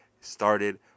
started